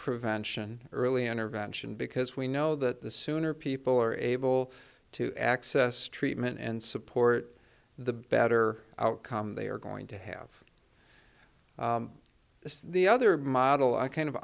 prevention early intervention because we know that the sooner people are able to access treatment and support the better outcome they are going to have the other model i kind of